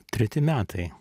treti metai